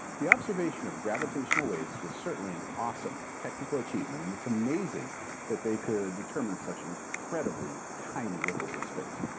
the observation of gravitational waves was certainly an awesome technical achievement and it's amazing that they could determine such incredibly tiny ripples in space,